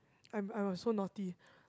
I'm I was so naughty